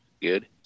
Good